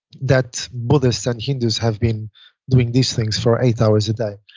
that buddhists and hindus have been doing these things for eight hours a day.